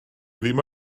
ddim